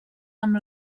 amb